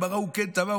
המה ראו כן תמהו".